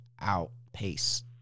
outpace